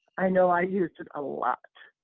i know i used it a lot.